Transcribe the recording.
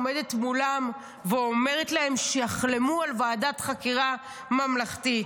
עומדת מולם ואומרת להם שיחלמו על ועדת חקירה ממלכתית.